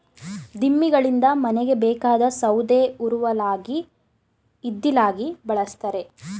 ದಿಮ್ಮಿಗಳಿಂದ ಮನೆಗೆ ಬೇಕಾದ ಸೌದೆ ಉರುವಲಾಗಿ ಇದ್ದಿಲಾಗಿ ಬಳ್ಸತ್ತರೆ